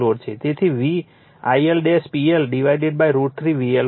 તેથી v IL PL divided √ 3 VL હશે